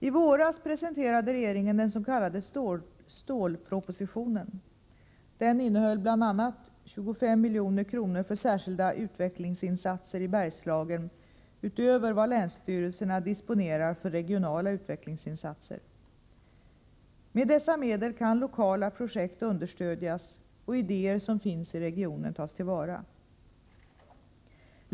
I våras presenterade regeringen den s.k. stålpropositionen. Den innehöll bl.a. 25 milj.kr. för särskilda utvecklingsinsatser i Bergslagen utöver vad länsstyrelserna disponerar för regionala utvecklingsinsatser. Med dessa medel kan lokala projekt understödjas och idéer som finns i regionen tas till vara.